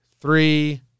three